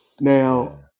Now